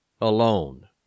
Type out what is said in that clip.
alone